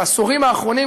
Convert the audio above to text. בעשורים האחרונים,